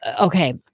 okay